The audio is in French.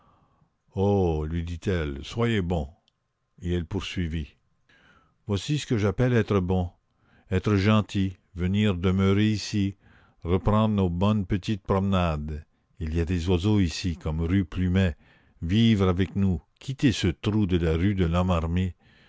oh lui dit-elle soyez bon et elle poursuivit voici ce que j'appelle être bon être gentil venir demeurer ici reprendre nos bonnes petites promenades il y a des oiseaux ici comme rue plumet vivre avec nous quitter ce trou de la rue de